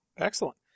Excellent